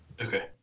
okay